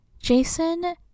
jason